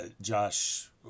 Josh